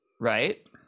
right